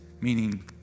meaning